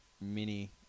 mini